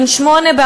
בן שמונה,